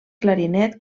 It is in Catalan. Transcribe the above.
clarinet